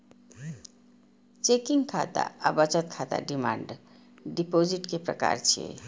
checking खाता आ बचत खाता डिमांड डिपोजिट के प्रकार छियै